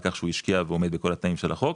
כך שהוא השקיע ועומד בכל התנאים של החוק,